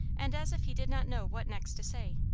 and as if he did not know what next to say.